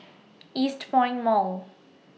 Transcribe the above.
Eastpoint Mall